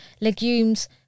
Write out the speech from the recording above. legumes